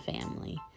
family